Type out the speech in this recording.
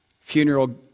funeral